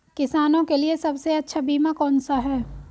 किसानों के लिए सबसे अच्छा बीमा कौन सा है?